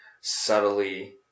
subtly